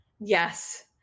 Yes